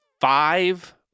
five